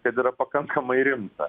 kad yra pakankamai rimta